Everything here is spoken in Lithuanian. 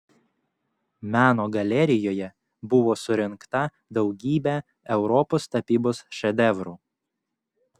meno galerijoje buvo surinkta daugybė europos tapybos šedevrų